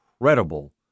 incredible